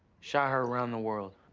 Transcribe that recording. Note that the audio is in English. shot heard around the world.